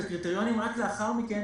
הרכבנו את הקריטריונים ורק לאחר מכן